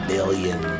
Billion